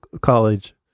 college